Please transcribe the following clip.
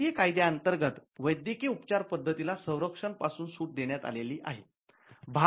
भारतीय कायद्या अंतर्गत वैद्यकीय उपचार पद्धतीला संरक्षणा पासून सूट देण्यात आलेली आहे